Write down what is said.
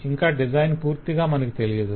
ఇంకా డిజైన్ పూర్తిగా మనకు తెలియదు